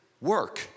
work